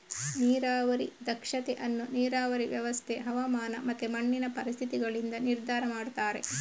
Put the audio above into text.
ನೀರಾವರಿ ದಕ್ಷತೆ ಅನ್ನು ನೀರಾವರಿ ವ್ಯವಸ್ಥೆ, ಹವಾಮಾನ ಮತ್ತೆ ಮಣ್ಣಿನ ಪರಿಸ್ಥಿತಿಗಳಿಂದ ನಿರ್ಧಾರ ಮಾಡ್ತಾರೆ